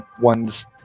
one's